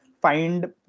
find